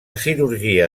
cirurgia